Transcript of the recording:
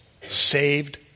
saved